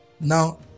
Now